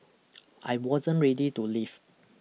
I wasn't ready to leave